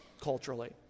culturally